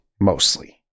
Mostly